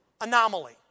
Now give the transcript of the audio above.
anomaly